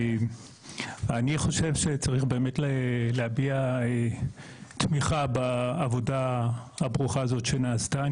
צריך להביע תמיכה בעבודה הברוכה הזאת שנעשתה.